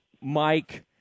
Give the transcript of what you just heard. Mike